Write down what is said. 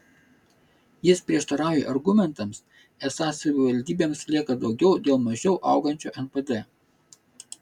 jis prieštarauja argumentams esą savivaldybėms lieka daugiau dėl mažiau augančio npd